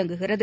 தொடங்குகிறது